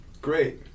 Great